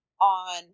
on